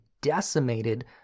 decimated